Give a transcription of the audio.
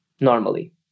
normally